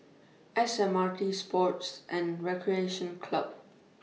S M R T Sports and Recreation Club